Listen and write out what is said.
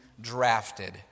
drafted